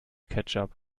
ketchup